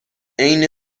عین